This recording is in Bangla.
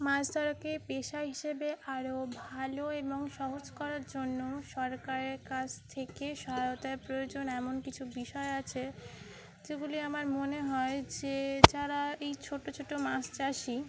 মাছ ধরাকে পেশা হিসেবে আরও ভালো এবং সহজ করার জন্য সরকারের কাছ থেকে সহায়তায় প্রয়োজন এমন কিছু বিষয় আছে যেগুলি আমার মনে হয় যে যারা এই ছোটো ছোটো মাছ চাষি